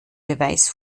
beweis